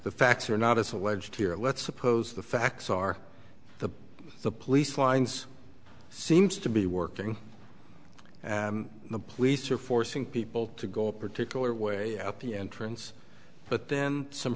the facts are not as alleged here let's suppose the facts are the the police lines seems to be working and the police are forcing people to go a particular way up the entrance but then some